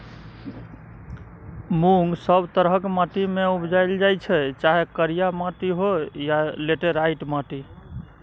मुँग सब तरहक माटि मे उपजाएल जाइ छै चाहे करिया माटि होइ या लेटेराइट माटि